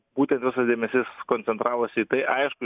būtent visas dėmesys koncentravosi į tai aišku